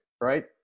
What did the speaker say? right